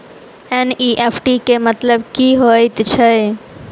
NEFT केँ मतलब की हएत छै?